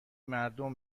مردم